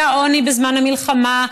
היה עוני בזמן המלחמה,